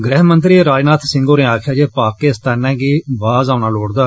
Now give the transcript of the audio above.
गृहमंत्री राजनाथ सिंह होरें आक्खेआ ऐ जे पाकिस्तानै गी बाज़ आओना लोड़दा